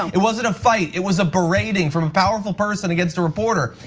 um it wasn't a fight, it was a berating from a powerful person against a reporter.